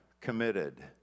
committed